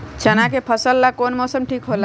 चाना के फसल ला कौन मौसम ठीक होला?